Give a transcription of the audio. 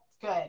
good